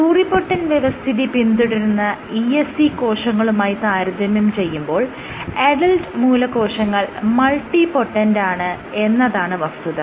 pluripotent വ്യവസ്ഥിതി പിന്തുടരുന്ന ESC കോശങ്ങളുമായി താരതമ്യം ചെയ്യുമ്പോൾ അഡൽറ്റ് മൂലകോശങ്ങൾ മൾട്ടിപൊട്ടന്റാണ് എന്നതാണ് വസ്തുത